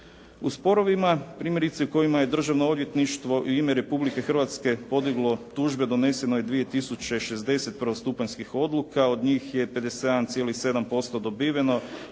U sporovima primjerice u kojima je državno odvjetništvo u ime Republike Hrvatske podiglo tužbe doneseno je 2 tisuće 60 prvostupanjskih odluka. Od njih je 57,7% dobiveno,